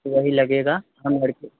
वही लगेगा